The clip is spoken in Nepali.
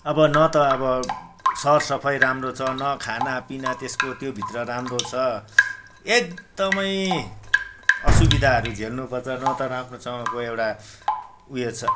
अब न त अब सरसाफाई राम्रो छ न खानापिना तेसको त्यो भित्र राम्रो छ एकदमै असुविधाहरू झेल्नुपर्छ न त राम्रोसँगको एउटा उयो छ